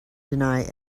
deny